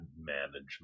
management